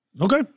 Okay